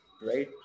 right